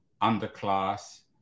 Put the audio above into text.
underclass